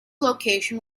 location